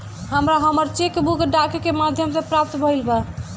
हमरा हमर cheque book डाक के माध्यम से प्राप्त भईल बा